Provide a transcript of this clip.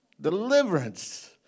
Deliverance